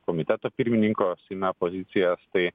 komiteto pirmininko seime pozicijos tai